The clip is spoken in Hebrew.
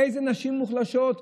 איזה נשים מוחלשות?